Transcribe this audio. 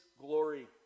glory